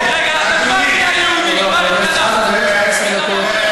היו לך עשר דקות.